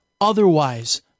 otherwise